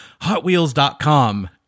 hotwheels.com